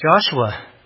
Joshua